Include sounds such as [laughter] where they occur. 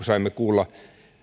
[unintelligible] saimme kuulla